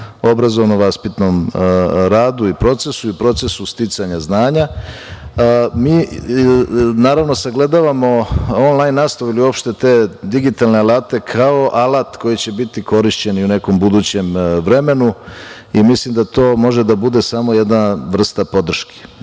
obrazovno vaspitnom radu i procesu i procesu sticanja znanja. Naravno, sagledavamo onlajn nastavu i uopšte te digitalne alate kao alat koji će biti korišćen i u nekom budućem vremenu. Mislim da to može da bude samo jedna vrsta podrške.